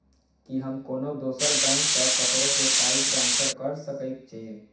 की हम कोनो दोसर बैंक सँ ककरो केँ पाई ट्रांसफर कर सकइत छि?